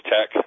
Tech